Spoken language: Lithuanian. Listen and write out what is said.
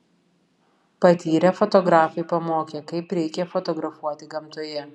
patyrę fotografai pamokė kaip reikia fotografuoti gamtoje